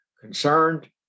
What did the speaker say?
concerned